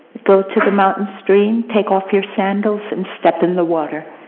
go to the mountain stream, take off your sandals and step in the water.